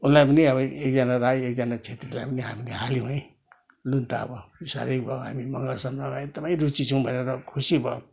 उसलाई पनि अब एकजना राई एकजना क्षेत्रीलाई पनि हामीले हाल्यौँ है लु न त अब साह्रै भयो हामी मगर समाजमा एकदमै रुचि छौँ भनेर खुसी भयो